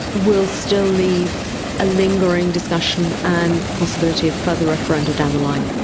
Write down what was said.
will still leave a lingering discussion and the possibility of further referenda down the line.